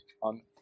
on